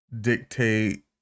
dictate